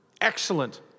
excellent